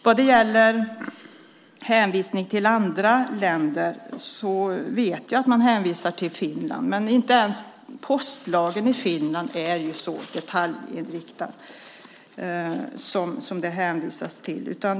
Vad det gäller hänvisningar till andra länder vet jag att det hänvisas till Finland. Men inte ens postlagen i Finland är så detaljstyrande som man säger att den är.